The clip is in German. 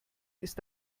ist